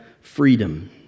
freedom